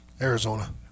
Arizona